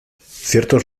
ciertos